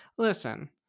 listen